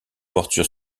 portent